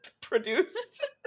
produced